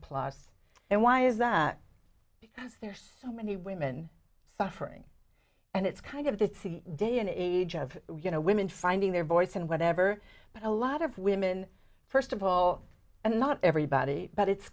plus and why is that there's so many women suffering and it's kind of that day and age of you know women finding their voice and whatever but a lot of women first of all and not everybody but it's